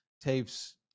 tapes